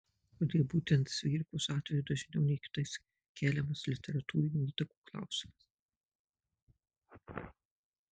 kodėl būtent cvirkos atveju dažniau nei kitais keliamas literatūrinių įtakų klausimas